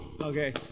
Okay